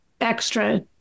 extra